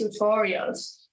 tutorials